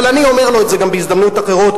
אבל אני אומֵר לו את זה בהזדמנויות אחרות,